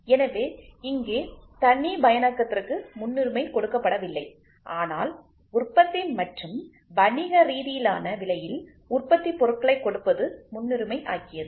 எனவே இங்கே தனிப்பயனாக்கத்திற்கு முன்னுரிமை கொடுக்கப்படவில்லை ஆனால் உற்பத்தி மற்றும் வணிகரீதியிலான விலையில் உற்பத்தி பொருட்களை கொடுப்பது முன்னுரிமை ஆகியது